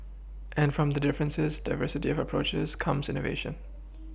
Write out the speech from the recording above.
and from the differences the diversity of approaches comes innovation